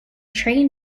trained